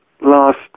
last